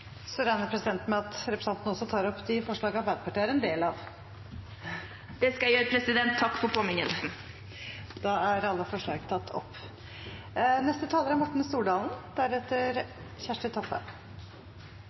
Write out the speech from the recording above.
regner med at representanten også tar opp de forslag Arbeiderpartiet er en del av? Det vil jeg gjøre – takk for påminnelsen. Representanten Ingvild Kjerkol har tatt opp de forslagene hun refererte til. Vi behandler i dag en viktig sak. Den er